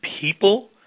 people